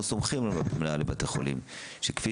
אנחנו סומכים על מנהלי בתי החולים שכפי